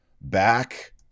back